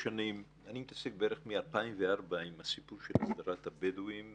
אני מתעסק בערך מ-2004 עם הסיפור של הסדרת הבדואים.